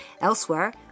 Elsewhere